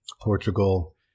Portugal